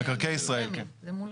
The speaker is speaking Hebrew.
מקרקעי ישראל, כן.